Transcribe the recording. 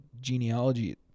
genealogy